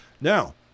Now